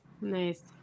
Nice